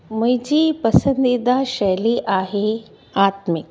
मुंहिंजी पसंदीदा शैली आहे आत्मिक